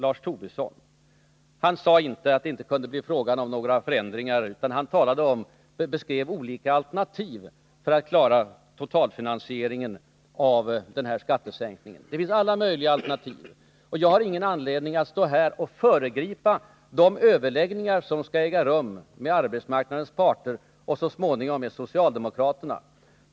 Lars Tobisson sade inte att det inte kunde bli fråga om några inkomstförstärkningar, utan han beskrev olika alternativ för att klara totalfinansieringen av marginalskattesänkningen. Det finns många sådana alternativ, men jag har ingen anledning att här föregripa de överläggningar som skall äga rum med arbetsmarknadens parter och så småningom med socialdemokraterna.